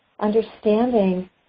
understanding